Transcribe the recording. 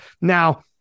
Now